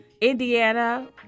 Indiana